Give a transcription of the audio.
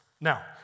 Now